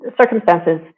circumstances